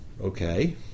Okay